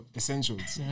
essentials